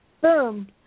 Boom